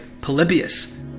Polybius